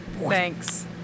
Thanks